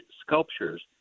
sculptures